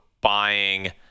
buying